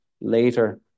later